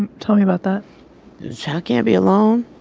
and tell me about that chak can't be alone.